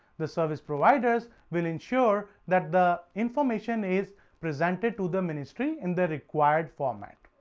the service providers will ensure that the information is present to the ministry in the required format